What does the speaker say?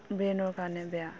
ব্ৰেইনৰ কাৰণে বেয়া